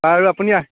বাৰু আপুনি